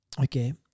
Okay